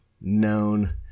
known